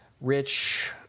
rich